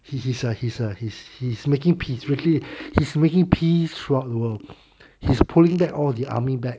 he's he's a he's a he's he's making peace really he's making peace throughout the world he's pulling back all the army back